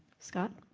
scott?